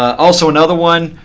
also, another one,